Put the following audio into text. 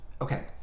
Okay